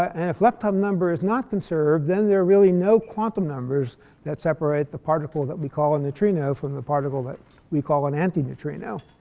and if lepton number is not conserved then there are really no quantum numbers that separate the particle that we call a neutrino from the particle that we call an anti-neutrino.